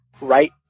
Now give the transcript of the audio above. right